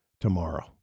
tomorrow